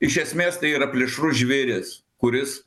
iš esmės tai yra plėšrus žvėris kuris